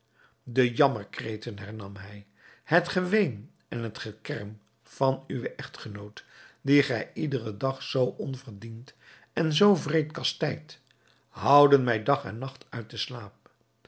de jammerkreten hernam hij het geween en het gekerm van uwen echtgenoot dien gij iederen dag zoo onverdiend en zoo wreed kastijdt houden mij dag en nacht uit den slaap